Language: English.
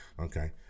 Okay